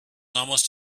almost